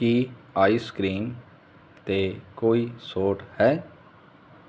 ਕੀ ice cream 'ਤੇ ਕੋਈ ਛੋਟ ਹੈ